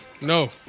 No